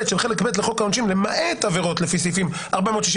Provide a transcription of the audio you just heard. של חלק ב' לחוק העונשין למעט עבירות לפי סעיפים 463,